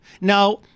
Now